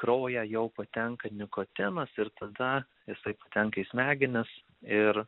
kraują jau patenka nikotinas ir tada jis patenka į smegenis ir